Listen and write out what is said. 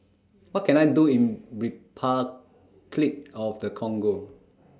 What Can I Do in Repuclic of The Congo